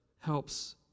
helps